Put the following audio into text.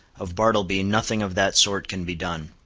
of bartleby nothing of that sort can be done.